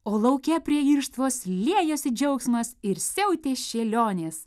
o lauke prie irštvos liejosi džiaugsmas ir siautė šėlionės